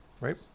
Right